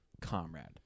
comrade